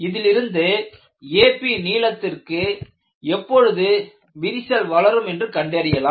இதிலிருந்து ap நீளத்திற்கு எப்பொழுது விரிசல் வளரும் என்று கண்டறியலாம்